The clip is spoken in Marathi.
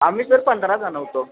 आम्ही सर पंधरा जण होतो